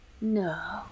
No